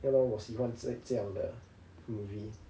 ya lor 我喜欢这这样的 movie